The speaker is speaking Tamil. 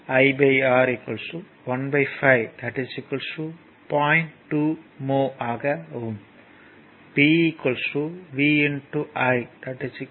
ரெசிஸ்டன்ஸ் R 5 Ω எனவே கண்டக்டன்ஸ் G 1 R ⅕ 0